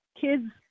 Kids